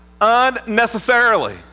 unnecessarily